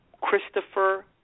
Christopher